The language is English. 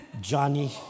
Johnny